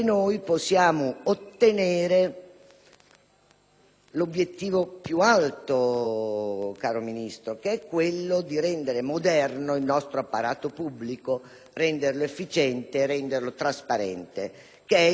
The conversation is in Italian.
l'obiettivo più alto, caro Ministro, quello di rendere il nostro apparato pubblico moderno, efficiente e trasparente, che è il vero scopo della nostra azione.